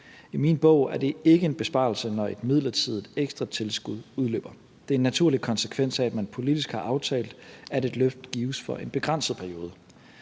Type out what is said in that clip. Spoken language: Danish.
I min bog er det ikke en besparelse, når et midlertidigt ekstratilskud udløber. Det er en naturlig konsekvens af, at man politisk har aftalt, at et løft gives for en begrænset periode.